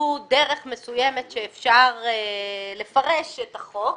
זו דרך מסוימת שאפשר לפרש את החוק.